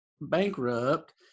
bankrupt